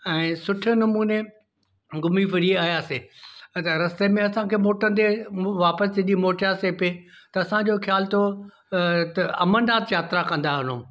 ऐं सुठे नमूने घुमी फिरी आयासे अच्छा रस्ते में असांखे मोटिंदे वापिसि जॾहिं मोटियासी पे त असांजो ख़यालु थियो अ त अमरनाथ यात्रा कंदा हलूं